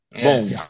boom